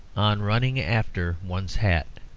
on running after one's hat